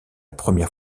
première